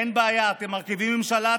אין בעיה, אתם מרכיבים ממשלה?